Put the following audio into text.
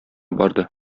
барды